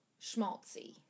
schmaltzy